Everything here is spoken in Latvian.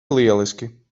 lieliski